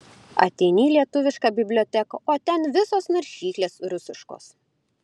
ateini į lietuviška biblioteką o ten visos naršyklės rusiškos